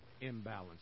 imbalance